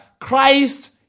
Christ